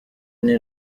n’i